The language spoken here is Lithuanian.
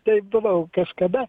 taip buvau kažkada